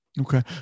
Okay